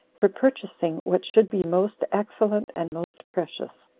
for purchasing what should be most excellent and most precious.